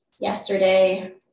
yesterday